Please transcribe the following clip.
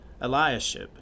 Eliashib